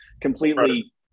completely